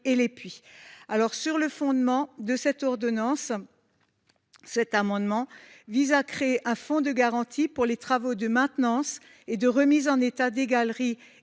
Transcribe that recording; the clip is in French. et les puits. Sur le fondement de cette ordonnance, cet amendement vise à créer un fonds de garantie pour les travaux de maintenance et de remise en état des galeries